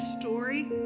story